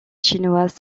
chinoise